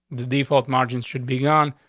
the default margins should begun,